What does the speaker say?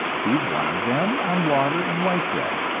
feed one of them on water and white bread,